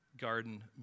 Garden